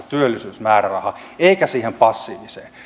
työllisyysmääräraha aktivoivaan toimintaan eikä siihen passiiviseen